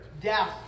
death